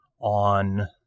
on